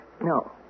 No